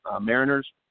Mariners